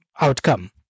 outcome